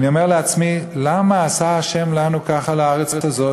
אני אומר לעצמי, למה עשה ה' לנו ככה לארץ הזאת?